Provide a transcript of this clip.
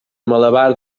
malabar